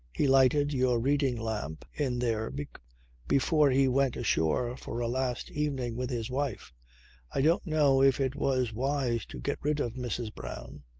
he lighted your reading lamp in there before he went ashore for a last evening with his wife i don't know if it was wise to get rid of mrs. brown.